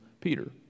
Peter